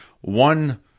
one